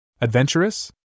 Adventurous